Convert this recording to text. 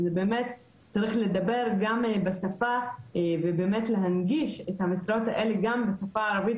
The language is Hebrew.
וצריך לדבר גם בשפה ובאמת להנגיש את המשרות האלה גם בשפה הערבית